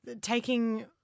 taking